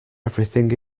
everything